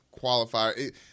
qualifier